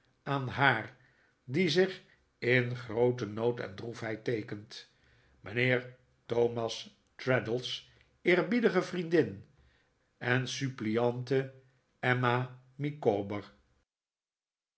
aan haar die zich in grooten nood en droefheid teekent mijnheer thomas traddles eerbiedige vriendin en suppliante emma